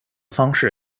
方式